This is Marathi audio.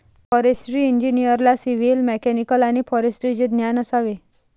फॉरेस्ट्री इंजिनिअरला सिव्हिल, मेकॅनिकल आणि फॉरेस्ट्रीचे ज्ञान असावे